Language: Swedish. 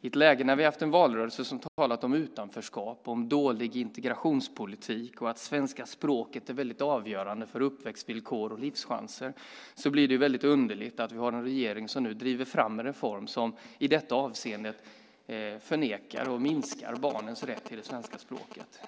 I ett läge när vi har haft en valrörelse som har talat om utanförskap och dålig integrationspolitik, att svenska språket är avgörande för uppväxtvillkor och livschanser, blir det underligt att vi nu har en regering som driver fram en reform som i detta avseende förnekar och minskar barnens rätt till svenska språket.